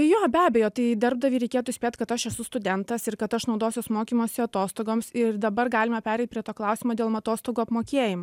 jo be abejo tai darbdavį reikėtų įspėt kad aš esu studentas ir kad aš naudosiuos mokymosi atostogoms ir dabar galime pereit prie to klausimo dėl matostogų apmokėjimo